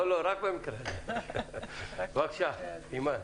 בבקשה, אימאן.